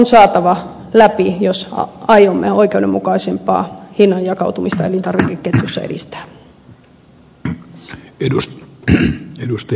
se laki on saatava läpi jos aiomme oikeudenmukaisempaa hinnan jakautumista elintarvikeketjussa edistää